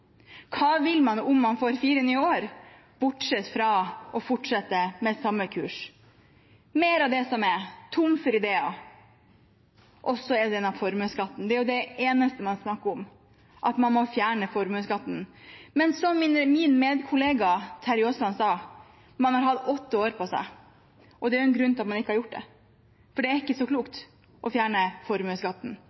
Hva vil man om man får fire nye år, bortsett fra å fortsette med samme kurs? Mer av det som er, tom for ideer. Og så er det denne formuesskatten – det er det eneste man snakker om, at man må fjerne formuesskatten. Men som min kollega, Terje Aasland, sa: Man har hatt åtte år på seg, og det er en grunn til at man ikke har gjort det, for det er ikke så klokt å fjerne formuesskatten.